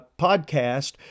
podcast